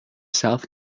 south